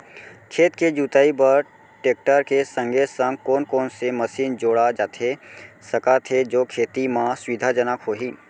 खेत के जुताई बर टेकटर के संगे संग कोन कोन से मशीन जोड़ा जाथे सकत हे जो खेती म सुविधाजनक होही?